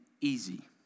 easy